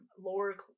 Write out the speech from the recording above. lower